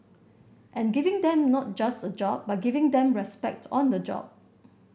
and giving them not just a job but giving them respect on the job